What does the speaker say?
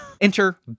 Enter